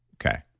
okay.